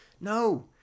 No